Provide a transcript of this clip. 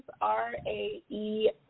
R-A-E